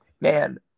Man